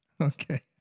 Okay